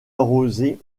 arrosée